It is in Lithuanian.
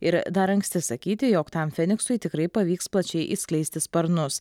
ir dar anksti sakyti jog tam feniksui tikrai pavyks plačiai išskleisti sparnus